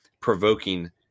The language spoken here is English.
provoking